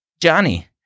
Johnny